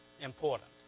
important